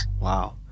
wow